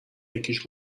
یکیش